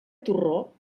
torró